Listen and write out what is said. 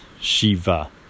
Shiva